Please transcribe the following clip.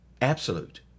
absolute